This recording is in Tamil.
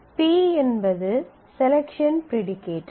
p என்பது செலக்ஷன் ப்ரீடிகேட்